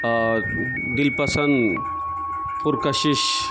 اور دلپسند پرکشش